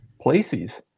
places